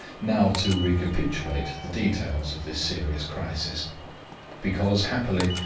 now to recapitulate the details of this serious crisis because, happily,